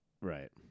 right